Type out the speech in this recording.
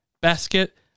Basket